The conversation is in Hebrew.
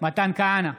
מתן כהנא,